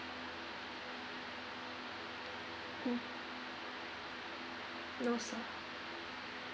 mm no salt